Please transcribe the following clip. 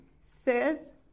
says